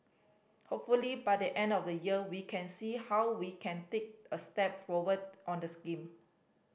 hopefully by the end of the year we can see how we can take a step forward on the scheme